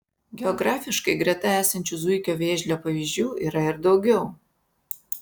geografiškai greta esančių zuikio vėžlio pavyzdžių yra ir daugiau